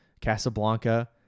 Casablanca